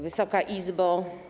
Wysoka Izbo!